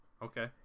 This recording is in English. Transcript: Okay